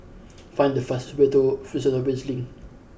find the fastest way to Fusionopolis Link